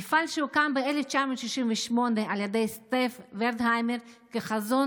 המפעל הוקם ב-1968 על ידי סטף ורטהיימר כחזון